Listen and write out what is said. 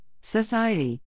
society